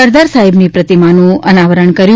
સરદાર સાહેબની પ્રતિમાનું અનાવરણ કર્યું